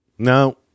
No